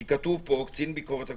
כי כתוב פה: קצין ביקורת הגבולות,